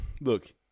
look